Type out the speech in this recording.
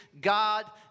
God